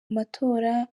amatora